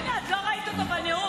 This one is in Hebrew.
פנינה, את לא ראית אותו בנאום.